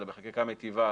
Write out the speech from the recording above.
אלא בחקיקה מיטיבה,